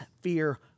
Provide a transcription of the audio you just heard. fear